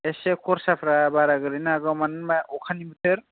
एसे खरसाफ्रा बारा गोलैनो हागौ मानो होनबा अखानि बोथोर